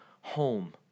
home